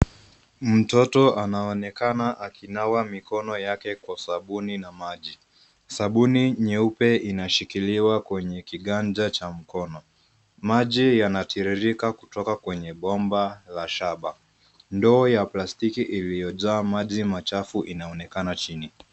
Mtoto anaonekana akinawa mikono yake kwa sabuni na maji. Sabuni nyeupe inashikiliwa kwenye kiganja cha mkono. Maji yanatiririka kutoka kwenye bomba la shaba. Ndoo ya plastiki iliyojaa maji machafu inaonekana chini.